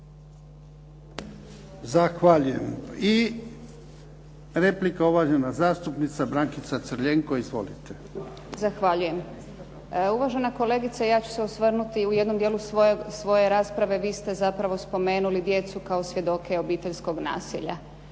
Zahvaljujem. I replika uvažena zastupnica Brankica Crljenko. Izvolite. **Crljenko, Brankica (SDP)** Zahvaljujem. Uvažena kolegice ja ću se osvrnuti u jednom dijelu svoje rasprave, vi ste zapravo spomenuli djecu kao svjedoke obiteljskog nasilja.